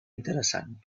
interessant